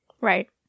Right